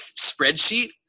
spreadsheet